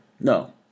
No